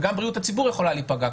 וגם בריאות הציבור יכולה להיפגע.